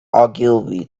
ogilvy